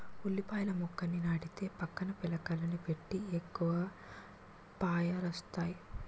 ఉల్లిపాయల మొక్కని నాటితే పక్కన పిలకలని పెట్టి ఎక్కువ పాయలొస్తాయి